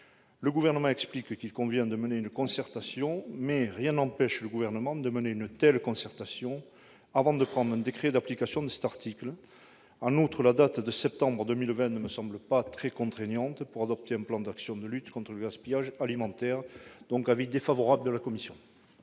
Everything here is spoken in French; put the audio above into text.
Le Gouvernement a expliqué qu'il convient de mener une concertation, mais rien ne l'empêche de le faire avant de prendre un décret d'application de cet article. En outre, la date de septembre 2020 ne me semble pas très contraignante pour adopter un plan d'action de lutte contre le gaspillage alimentaire. Avis défavorable. Je mets